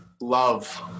Love